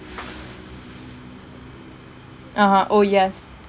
(uh huh) oh yes